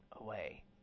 away